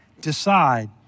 decide